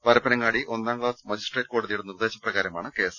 പരപ്പന ങ്ങാടി ഒന്നാം class magistrate കോടതിയുടെ നിർദ്ദേശപ്രകാരമാണ് കേസ്